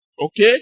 okay